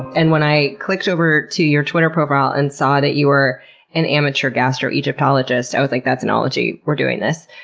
and when i clicked over to your twitter profile and saw that you were an amateur gastroegyptologist i was like, that's an ology, we're doing this.